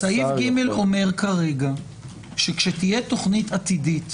סעיף (ג) אומר כרגע שכשתהיה תוכנית עתידית